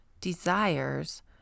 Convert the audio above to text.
Desires